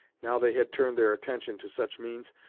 now they had turned their attention to such means,